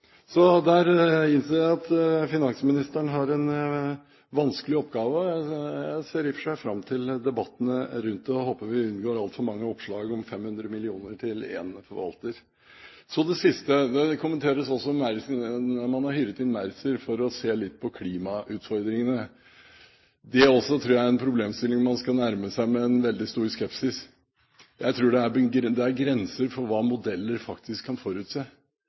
Så der innser jeg at finansministeren har en vanskelig oppgave. Jeg ser i og for seg fram til debattene rundt det, og håper vi unngår altfor mange oppslag om 500 mill. kr til én forvalter. Så til det siste: Det kommenteres også at man har hyret inn Mercer for å se litt på klimautfordringene. Dette tror jeg også er en problemstilling man skal nærme seg med en veldig stor skepsis. Jeg tror det er grenser for hva modeller faktisk kan forutse,